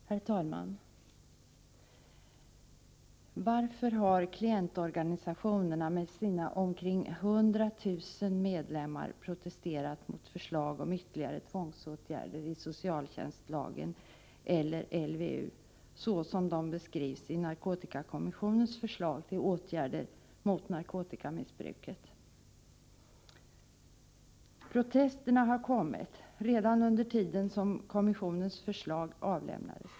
Herr talman! Varför har klientorganisationerna — med sina omkring 100 000 medlemmar — protesterat mot förslag om ytterligare tvångsåtgärder i socialtjänstlagen eller i LVU så som de beskrivs i narkotikakommissionens förslag till åtgärder mot narkotikamissbruket? Protesterna kom redan då kommissionens förslag avlämnades.